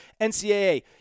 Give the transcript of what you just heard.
NCAA